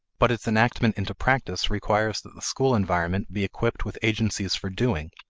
but its enactment into practice requires that the school environment be equipped with agencies for doing,